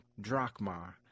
drachma